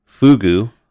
fugu